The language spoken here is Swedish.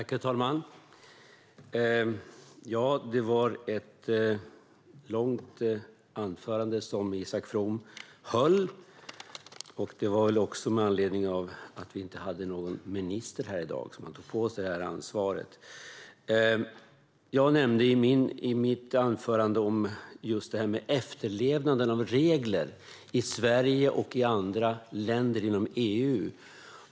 Herr talman! Isak From höll ett långt anförande. Kanske är det med anledning av att vi inte har någon minister här i dag som han har tagit på sig ansvaret. I mitt anförande nämnde jag efterlevnaden av regler i Sverige och i andra länder inom EU.